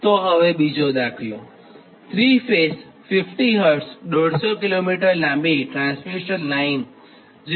તોહવે બીજો દાખલો 3 phase 50 Hz 150 km લાંબી ટ્રાન્સમિશન લાઇન 0